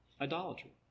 idolatry